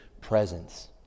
presence